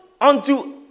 unto